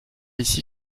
ici